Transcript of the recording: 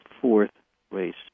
fourth-race